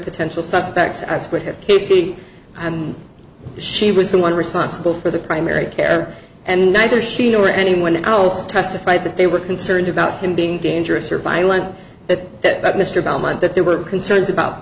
potential suspects as we have casey and she was the one responsible for the primary care and neither she nor anyone else testified that they were concerned about him being dangerous or violent that mr bell might that there were concerns about